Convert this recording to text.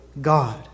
God